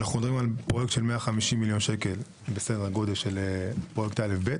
אנחנו מדברים על פרויקט של 150 שקל בסדר גודל של פרויקט א' ב'